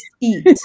eat